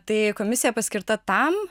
tai komisija paskirta tam